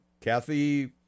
Kathy